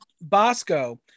Bosco